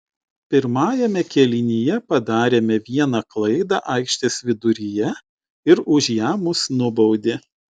pirmajame kėlinyje padarėme vieną klaidą aikštės viduryje ir už ją mus nubaudė